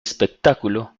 espectáculo